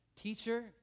teacher